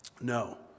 no